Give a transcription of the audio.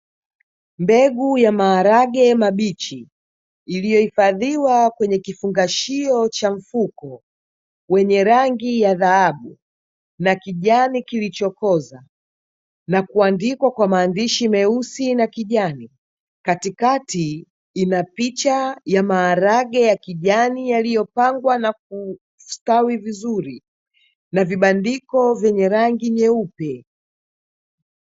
Mbegu ya maharage mabichi iliyohifadhiwa kwenye kifungashio cha mfuko wenye rangi ya dhahabu na kijani kilicho koza na kuandikwa kwa maandishi meusi na kijani, katikati ina picha ya maharage yaliyopangwa na kustawi vizuri na vipandiko vyenye rangi nyeupe.